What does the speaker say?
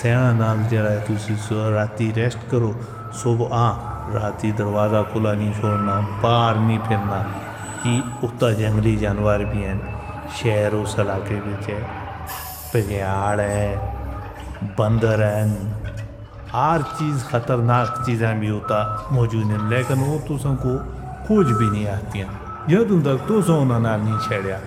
سینا نال جڑے تسی سو راتھی ریشٹ کرو سو بھا راتھی دروازہ کھلا نہیں چھوڑنا باہر نہیں پھیلنا کہ اتھا جنگلی جانور بھی ہیں شہر اس علاقے وچ، پگھیار ہیں بندر ہیں ہر چیز خطرناک چیزیں بھی اتھا موجود ہیں لیکن اتھو تسی کچھ بھی نہیں آتے ہیں جدوں تک تسی انہاں نال نہیں چھڑیا۔